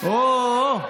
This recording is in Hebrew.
הו הו,